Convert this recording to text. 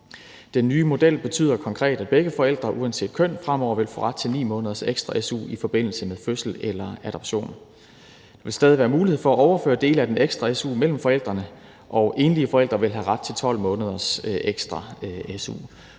Den nye model betyder konkret, at begge forældre uanset køn fremover vil få ret til 9 måneders ekstra su i forbindelse med fødsel eller adoption. Der vil stadig være mulighed for at overføre dele af den ekstra su mellem forældrene, og enlige forældre vil have ret til 12 måneders ekstra su.